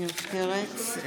עמיר פרץ,